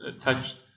touched